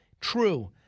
True